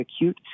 acute